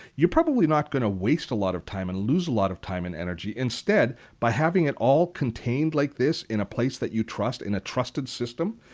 you're probably not going to waste a lot of time and lose a lot of time and energy. instead, by having it all contained like this in a place that you trust and a trusted system,